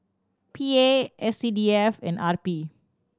P A S C D F and R P